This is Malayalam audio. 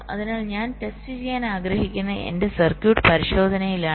അതിനാൽ ഞാൻ ടെസ്റ്റ് ചെയ്യാൻ ആഗ്രഹിക്കുന്ന എന്റെ സർക്യൂട്ട് പരിശോധനയിലാണ്